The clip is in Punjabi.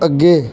ਅੱਗੇ